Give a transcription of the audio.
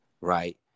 right